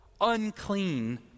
unclean